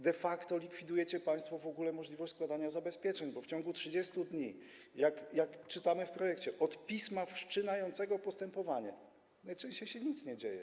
De facto likwidujecie państwo w ogóle możliwość składania zabezpieczeń, bo w ciągu 30 dni, jak czytamy w projekcie, od wpłynięcia pisma wszczynającego postępowanie najczęściej się nic nie dzieje.